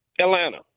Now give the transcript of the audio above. Atlanta